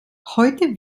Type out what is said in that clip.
heute